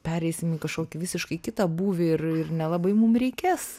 pereisim į kažkokį visiškai kitą būvį ir ir nelabai mum reikės